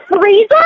freezer